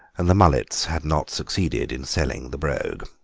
and the mullets had not succeeded in selling the brogue.